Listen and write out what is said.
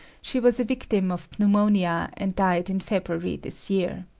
she was a victim of pneumonia and died in february this year.